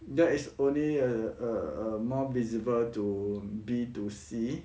there is only a a a more visible to B two C